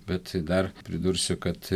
bet dar pridursiu kad